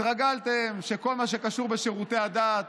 התרגלתם שכל מה שקשור בשירותי הדת,